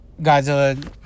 Godzilla